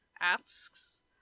asks